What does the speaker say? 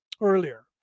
earlier